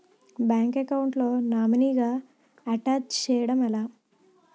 Bank account లో నామినీగా attach చేయడం ఎలా?